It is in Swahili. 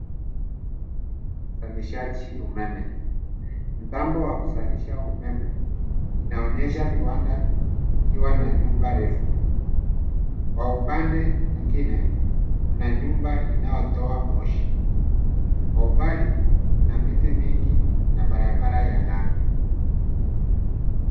Uzalishaji umeme. Mtambo wa kuzalisha umeme, inaonyesha viwanda vikiwa na nyumba refu. Kwa upande mwingine, kuna nyumba inayotoa moshi. Kwa umbali, kuna miti mingi na barabara ya lami